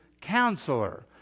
counselor